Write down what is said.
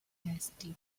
nasty